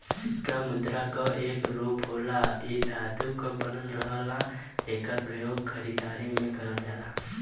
सिक्का मुद्रा क एक रूप होला इ धातु क बनल रहला एकर प्रयोग खरीदारी में करल जाला